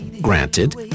Granted